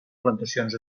plantacions